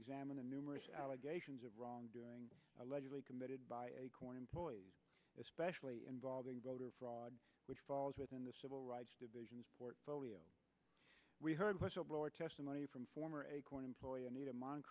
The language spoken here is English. examine the numerous allegations of wrongdoing allegedly committed by acorn employees especially involving voter fraud which falls within the civil rights division portfolio we heard whistleblower testimony from former acorn employer